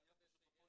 בוא נחזור להיסטוריה.